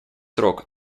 срок